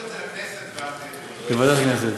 להעביר את זה לוועדת הכנסת,